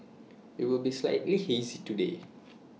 IT will be slightly hazy today